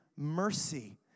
mercy